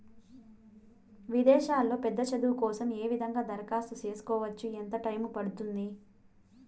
విదేశాల్లో పెద్ద చదువు కోసం ఏ విధంగా దరఖాస్తు సేసుకోవచ్చు? ఎంత టైము పడుతుంది?